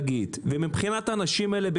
מבחינת האנשים האלה,